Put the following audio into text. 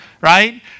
right